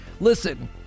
Listen